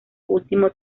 último